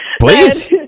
Please